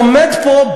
עומד פה,